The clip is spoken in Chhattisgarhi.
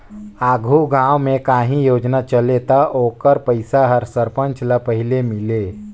आघु गाँव में काहीं योजना चले ता ओकर पइसा हर सरपंच ल पहिले मिले